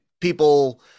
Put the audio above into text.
people